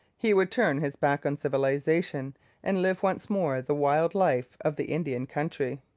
he would turn his back on civilization and live once more the wild life of the indian country.